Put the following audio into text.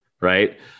Right